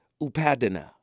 Upadana